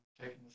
taking